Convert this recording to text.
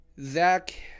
Zach